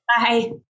bye